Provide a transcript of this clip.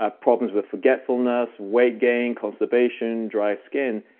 ah problems with forgetfulness, weight gain, constipation, dry skin,